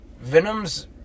Venom's